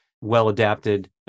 well-adapted